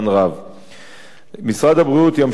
משרד הבריאות ימשיך לפעול בנחישות ליישום